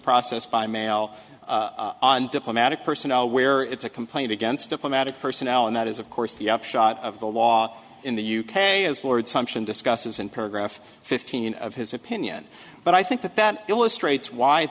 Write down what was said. process by mail diplomatic personnel where it's a complaint against diplomatic personnel and that is of course the upshot of the law in the u k as lord sumption discusses in paragraph fifteen of his opinion but i think that that illustrates w